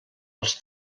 els